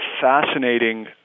fascinating